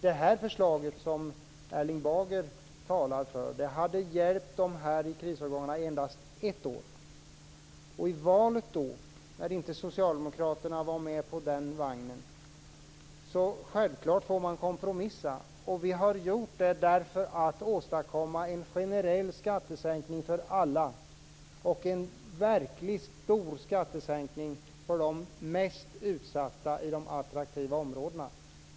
Det förslag som Erling Bager talar för hade endast hjälpt krisårgångarna i ett år. När Socialdemokraterna inte var med på den vagnen var det självklart att vi fick kompromissa. Vi har gjort det för att åstadkomma en generell skattesänkning för alla och en verkligt stor skattesänkning för de mest utsatta grupperna i de attraktiva områdena.